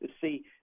see